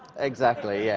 exactly, yeah.